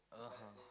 (uh huh)